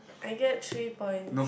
I get three points